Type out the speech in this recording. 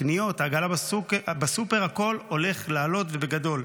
הקניות, העגלה בסופר, הכול הולך לעלות, ובגדול.